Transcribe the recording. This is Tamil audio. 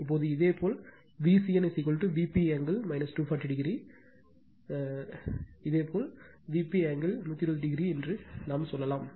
எனவே இது இதேபோல் Vcn angle 240o இதேபோல் ஆங்கிள் 120o என்று சொல்லலாம்